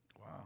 Wow